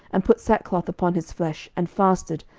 and put sackcloth upon his flesh, and fasted,